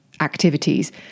activities